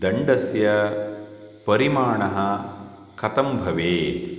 दण्डस्य परिमाणः कथं भवेत्